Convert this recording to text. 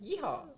Yeehaw